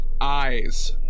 eyes